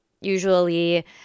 Usually